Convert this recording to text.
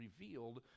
revealed